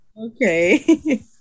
okay